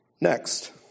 Next